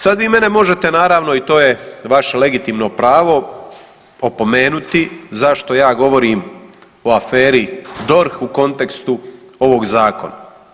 Sad vi mene možete naravno i to je vaše legitimno pravo opomenuti zašto ja govorim o aferi DORH u kontekstu ovog zakona.